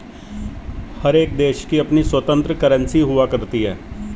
हर एक देश की अपनी स्वतन्त्र करेंसी हुआ करती है